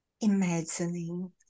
imagining